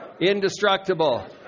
indestructible